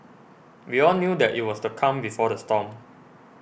we all knew that it was the calm before the storm